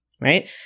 right